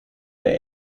der